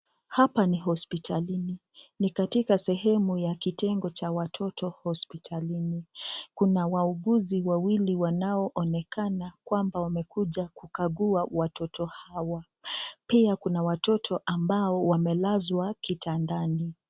Hapa ni hospitalini ni katika sehemu ya kitengo cha watoto hospitalini kuna wauguzi wawili wanaoonekana kwamba wamekuja kukagua watoto hawa pia kuna watoto ambao wamelazwa kitandani.